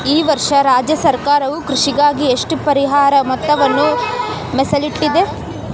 ಈ ವರ್ಷ ರಾಜ್ಯ ಸರ್ಕಾರವು ಕೃಷಿಗಾಗಿ ಎಷ್ಟು ಪರಿಹಾರ ಮೊತ್ತವನ್ನು ಮೇಸಲಿಟ್ಟಿದೆ?